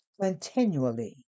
continually